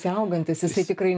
augantis tikrai